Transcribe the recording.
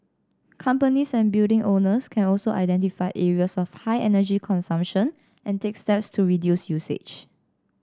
companies and building owners can also identify areas of high energy consumption and take steps to reduce usage